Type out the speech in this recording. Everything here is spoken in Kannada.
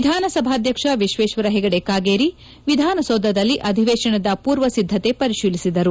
ವಿಧಾನಸಭಾಧ್ಯಕ್ಷ ವಿಶ್ಲೇಶ್ಲರ ಹೆಗೆಡೆ ಕಾಗೇರಿ ವಿಧಾನಸೌಧದಲ್ಲಿ ಅಧಿವೇಶನದ ಪೂರ್ವ ಸಿದ್ದತೆ ಪರಿಶೀಲಿಸಿದರು